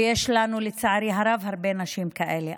ויש לנו, לצערי הרב, הרבה נשים כאלה.